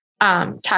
Talk